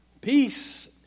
Peace